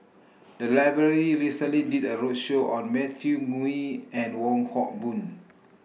The Library recently did A roadshow on Matthew Ngui and Wong Hock Boon